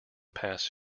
past